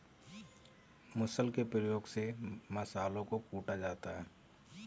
मुसल के प्रयोग से मसालों को कूटा जाता है